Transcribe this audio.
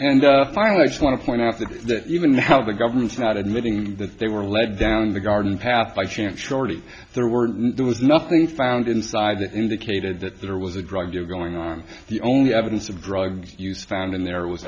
and finally i just want to point out that even now the government's not admitting that they were led down the garden path by chance shorty there were there was nothing found inside that indicated that there was a drug dealer going on the only evidence of drug use found and there was